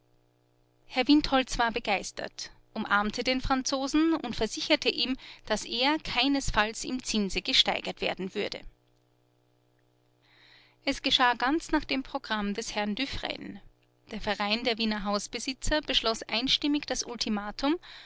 herr windholz war begeistert umarmte den franzosen und versicherte ihm daß er keinesfalls im zinse gesteigert werden würde es geschah ganz nach dem programm des herrn dufresne der verein der wiener hausbesitzer beschloß einstimmig das ultimatum